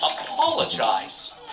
Apologize